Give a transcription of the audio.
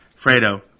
Fredo